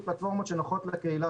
לכן,